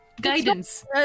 Guidance